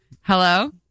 Hello